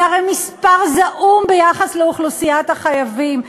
זה הרי מספר זעום ביחס לאוכלוסיית החייבים.